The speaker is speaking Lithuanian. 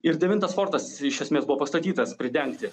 ir devintas fortas iš esmės buvo pastatytas pridengti